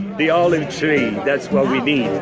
the olive tree. that's what we need.